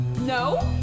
No